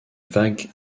vague